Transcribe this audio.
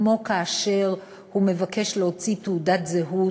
כמו כאשר הוא מבקש להוציא תעודת זהות,